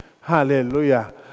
Hallelujah